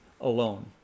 alone